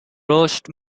roast